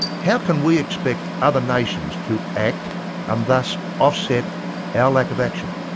how can we expect other nations to act and thus offset our lack of action.